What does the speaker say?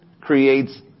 creates